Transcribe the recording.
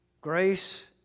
Grace